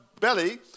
belly